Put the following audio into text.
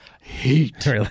heat